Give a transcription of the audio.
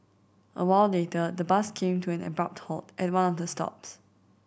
a while later the bus came to an abrupt halt at one of the stops